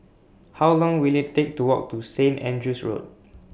How Long Will IT Take to Walk to Saint Andrew's Road